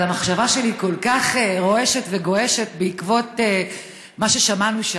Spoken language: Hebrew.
אבל המחשבה שלי כל כך רועשת וגועשת בעקבות מה ששמענו שם.